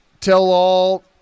tell-all